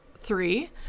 three